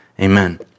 Amen